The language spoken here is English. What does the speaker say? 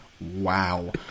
Wow